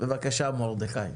בבקשה, מרדכי.